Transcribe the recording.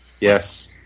Yes